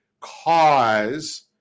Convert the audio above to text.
cause